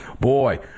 Boy